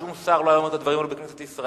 שום שר לא היה אומר את הדברים האלה בכנסת ישראל.